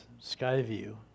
Skyview